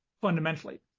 fundamentally